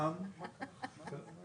גם על הקודם רוויזיה.